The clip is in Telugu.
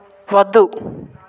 వద్దు